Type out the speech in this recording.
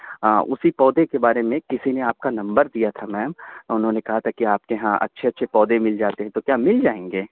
ہاں اسی پودے کے بارے میں کسی نے آپ کا نمبر دیا تھا میم انہوں نے کہا تھا کہ آپ کے یہاں اچھے اچھے پودے مل جاتے ہیں تو کیا مل جائیں گے